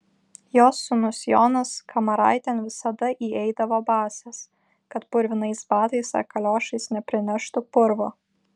jos sūnus jonas kamaraitėn visada įeidavo basas kad purvinais batais ar kaliošais neprineštų purvo